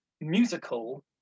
musical